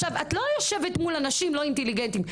את לא יושבת מול אנשים לא אינטליגנטים.